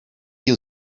yıl